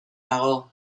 dago